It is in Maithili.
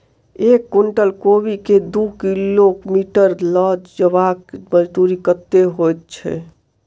एक कुनटल कोबी केँ दु किलोमीटर लऽ जेबाक मजदूरी कत्ते होइ छै?